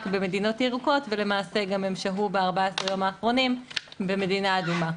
במדינות ירוקות ולמעשה הם גם שהו ב-14 יום האחרונים במדינה אדומה.